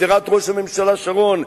גזירת ראש הממשלה שרון,